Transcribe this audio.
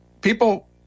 People